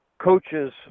coaches